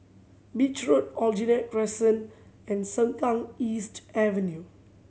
Beach Road Aljunied Crescent and Sengkang East Avenue